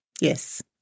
Yes